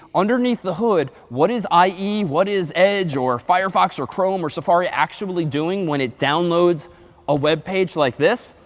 underneath the hood what is ie, what is edge or firefox or chrome or safari actually doing when it downloads a web page like this?